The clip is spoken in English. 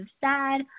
sad